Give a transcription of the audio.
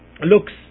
looks